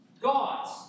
God's